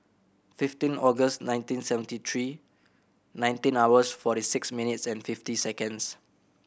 fifteen August nineteen seventy three nineteen hours forty six minutes and fifty seconds